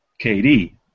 KD